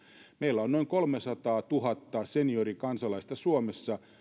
meillä on suomessa noin kolmesataatuhatta seniorikansalaista